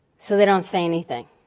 so they don't say anything.